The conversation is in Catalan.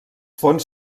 fons